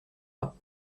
pas